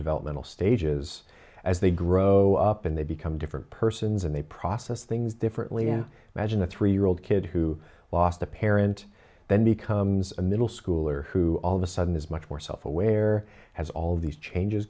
developmental stages as they grow up and they become different persons and they process things differently and imagine a three year old kid who watched a parent then becomes a middle schooler who all of a sudden is much more self aware has all these changes